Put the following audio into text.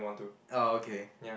orh okay